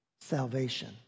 salvation